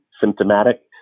symptomatic